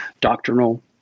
doctrinal